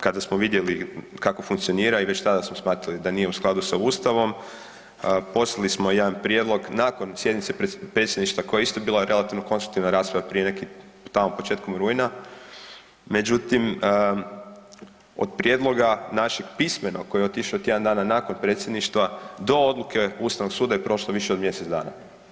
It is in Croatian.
Kada smo vidjeli kako funkcionira i već tada smo smatrali da nije u skladu sa Ustavom, poslali smo jedan prijedlog nakon sjednice Predsjedništva koja je isto bila relativno konstruktivna rasprava prije nekih, tamo početkom rujna, međutim, od prijedloga našeg pismeno koji je otišao tjedan dana nakon Predsjedništva do odluke Ustavnog suda je prošlo više od mjesec dana.